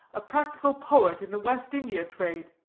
a practical poet in the west india trade.